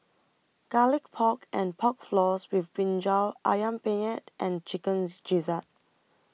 Garlic Pork and Pork Floss with Brinjal Ayam Penyet and Chicken Gizzard